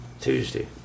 Tuesday